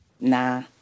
Nah